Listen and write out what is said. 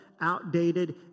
outdated